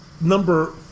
number